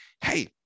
hey